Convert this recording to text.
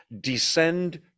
descend